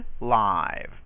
live